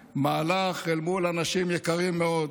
מהלך, אל מול אנשים יקרים מאוד,